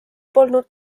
polnud